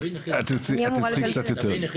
אתם צריכים קצת יותר.